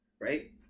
Right